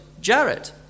Jared